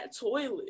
toilet